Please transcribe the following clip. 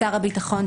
שר הביטחון,